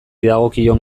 dagokion